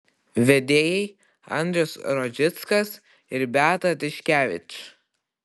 vedėjai andrius rožickas ir beata tiškevič